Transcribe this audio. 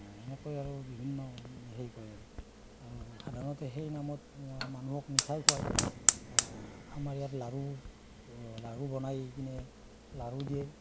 এনেকৈ আৰু বিভিন্ন সেই কৰে আৰু আৰু সাধাৰণতে সেই নামত মানুহক মিঠাই খুৱায় আমাৰ ইয়াত লাড়ু লাড়ু বনাই কিনে লাড়ু দিয়ে